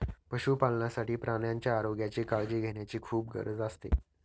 पशुपालनासाठी प्राण्यांच्या आरोग्याची काळजी घेण्याची खूप गरज असते